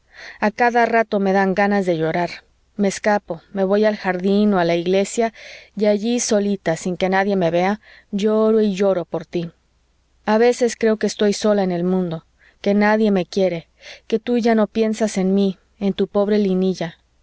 a cada rato me dan ganas de llorar me escapo me voy al jardín o a la iglesia y allí solita sin que nadie me vea lloro y lloro por tí a veces creo que estoy sola en el mundo que nadie me quiere que tú ya no piensas en mí en tu pobre